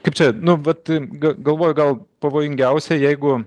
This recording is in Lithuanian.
kaip čia nu vat galvoju gal pavojingiausia jeigu